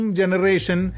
generation